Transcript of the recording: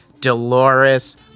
Dolores